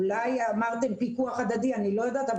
אמרתם פיקוח הדדי אבל אני לא יודעת,